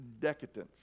decadence